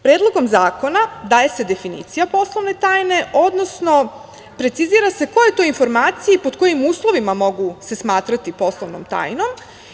Predlogom zakona daje se definicija poslovne tajne, odnosno precizira se koje to informacije i pod kojim uslovima mogu se smatrati poslovnom tajnom.